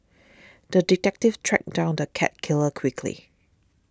the detective tracked down the cat killer quickly